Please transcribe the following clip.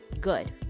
good